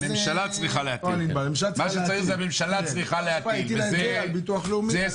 הממשלה צריכה להטיל את זה על הביטוח הלאומי.